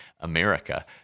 America